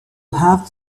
have